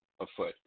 Afoot